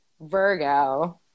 Virgo